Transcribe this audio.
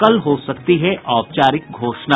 कल हो सकती है औपचारिक घोषणा